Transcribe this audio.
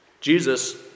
Jesus